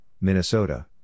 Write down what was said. Minnesota